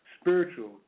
spiritual